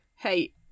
Hey